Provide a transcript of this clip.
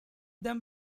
them